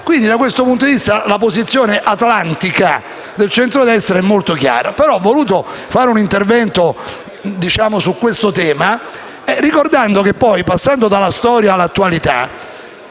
quindi, da questo punto di vista, la posizione atlantica del centrodestra è molto chiara. Ho voluto fare un intervento su questo tema ricordando che, passando dalla storia all'attualità,